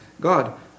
God